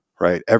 right